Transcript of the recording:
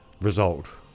result